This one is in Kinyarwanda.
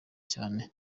cyane